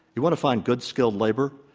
you want to find good skilled labor?